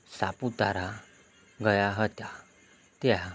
સાપુતારા ગયા હતા ત્યાં